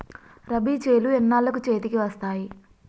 రబీ చేలు ఎన్నాళ్ళకు చేతికి వస్తాయి?